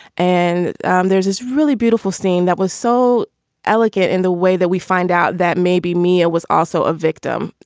and and there's this really beautiful scene that was so elegant in the way that we find out that maybe mia was also a victim,